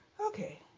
okay